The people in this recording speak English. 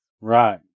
Right